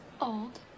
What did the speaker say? Old